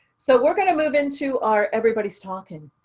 so we're going to move into our everybody's talking.